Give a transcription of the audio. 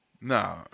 No